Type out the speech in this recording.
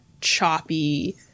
choppy